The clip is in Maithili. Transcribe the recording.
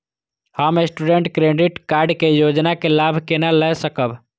हम स्टूडेंट क्रेडिट कार्ड के योजना के लाभ केना लय सकब?